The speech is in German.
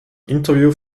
interview